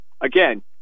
again